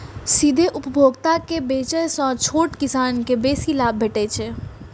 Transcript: सीधे उपभोक्ता के बेचय सं छोट किसान कें बेसी लाभ भेटै छै